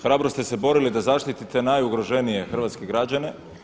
Hrabro ste se borili da zaštite najugroženije hrvatske građane.